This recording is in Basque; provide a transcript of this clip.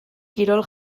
kirol